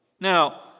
now